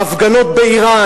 ההפגנות באירן,